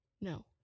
No